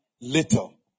little